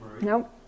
Nope